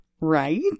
right